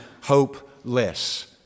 hopeless